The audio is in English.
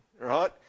right